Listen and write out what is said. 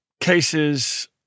cases